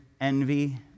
envy